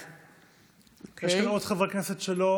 אינה נוכחת עפר שלח,